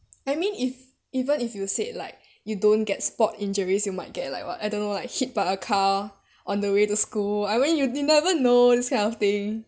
I mean if even if you said like you don't get sports injuries you might get like [what] I don't know like hit by a car on the way to school I mean you didn't never know this kind of thing